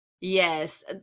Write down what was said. Yes